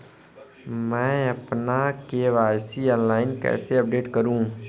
मैं अपना KYC online कैसे अपडेट करूँ?